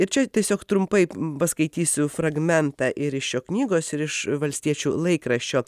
ir čia tiesiog trumpai paskaitysiu fragmentą ir iš jo knygos ir iš valstiečių laikraščio